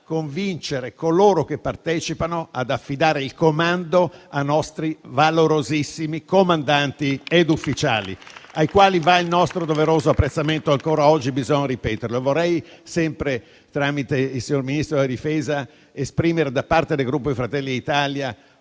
convincere coloro che partecipano ad affidare il comando ai nostri valorosissimi comandanti ed ufficiali, ai quali va il nostro doveroso apprezzamento (ancora oggi bisogna ripeterlo). Sempre tramite il signor Ministro della difesa, vorrei esprimere, da parte del Gruppo Fratelli d'Italia,